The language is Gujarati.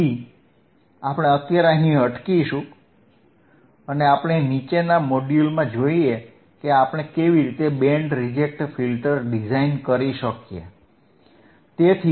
તેથી આપણે અત્યારે અહીં અટકીશું અને આપણે નીચેના મોડ્યુલમાં જોઈએ કે આપણે કેવી રીતે બેન્ડ રિજેક્ટ ફિલ્ટર ડિઝાઇન કરી શકીએ